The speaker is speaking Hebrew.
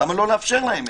למה לא לאפשר את זה?